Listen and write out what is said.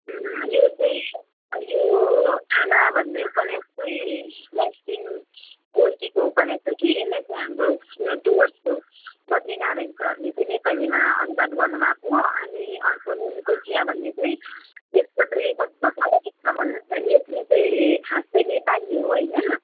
यो चाहिँ यो आमा भन्ने उपन्यास चाहिँ म्याक्सिम गोर्कीको उपन्यास हो कि यसलाई चाहिँ हाम्रो डुवर्सको बद्रीनारायण सरले चाहिँ नेपालीमा अनुवाद गर्नुभएको अनि अर्को नुनको चिया भन्ने चाहिँ यसको चाहिँ कस्तो भन्नुहोस् न लेख्ने चाहिँ खास चाहिँ नेपाली हो होइन